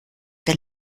wir